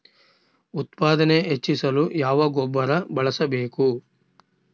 ಉತ್ಪಾದನೆ ಹೆಚ್ಚಿಸಲು ಯಾವ ಗೊಬ್ಬರ ಬಳಸಬೇಕು?